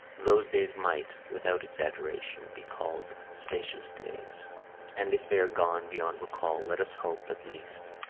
those days might, without exaggeration, be called spacious days and if they are gone beyond recall let us hope, at least,